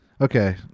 okay